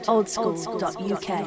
oldschool.uk